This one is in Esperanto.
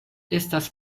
estas